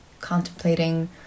contemplating